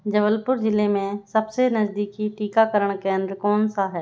जबलपुर जिले में सबसे नज़दीकी टीकाकरण केंद्र कौन सा है